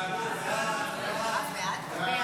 ההצעה להעביר